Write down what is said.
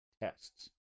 tests